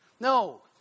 No